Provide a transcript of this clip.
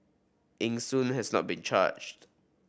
Eng Soon has not been charged